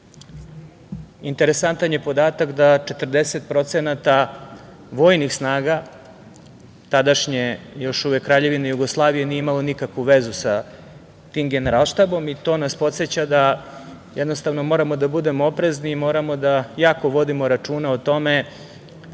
zemlju. Interesantan je podatak da 40% vojnih snaga, tadašnje još uvek Kraljevine Jugoslavije nije imalo nikakvu vezu sa tim generalštabom i to nas podseća da moramo da budemo oprezni i moramo da jako vodimo računa o tome